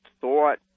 thought